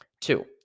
Two